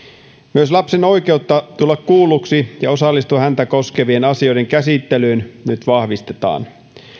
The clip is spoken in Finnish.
myös lapsen oikeutta tulla kuulluksi ja osallistua häntä koskevien asioiden käsittelyyn nyt vahvistetaan